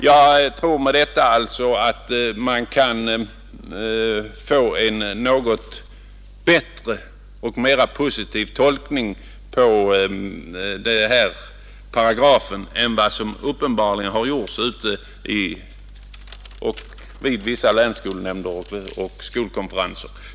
Därmed tror jag att vi kan få en något bättre och mera positiv tolkning av 36 § skollagen än den som uppenbarligen har gjorts ute vid vissa länsskolnämnder och på en del skolkonferenser.